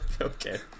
Okay